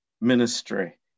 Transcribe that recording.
ministry